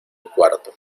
cuarto